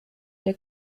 der